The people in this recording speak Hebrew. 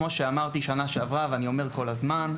כמו שאמרתי שנה שעברה ואני אומר כל הזמן.